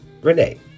Renee